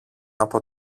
από